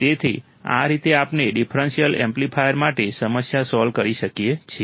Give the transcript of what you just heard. તેથી આ રીતે આપણે ડિફરન્શિયલ એમ્પ્લીફાયર માટે સમસ્યા સોલ્વ કરી શકીએ છીએ